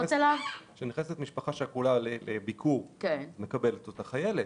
כשנכנסת משפחה שכולה לביקור מקבלת אותה חיילת.